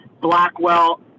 Blackwell